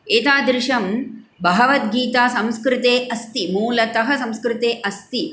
एतादृशं भगवद्गीता संस्कृते अस्ति मूलतः संस्कृते अस्ति